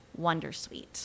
wondersuite